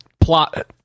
plot